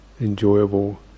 enjoyable